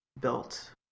built